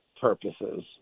purposes